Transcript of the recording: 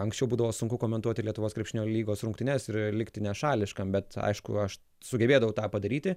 anksčiau būdavo sunku komentuoti lietuvos krepšinio lygos rungtynes ir likti nešališkam bet aišku aš sugebėdavau tą padaryti